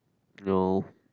no